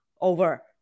over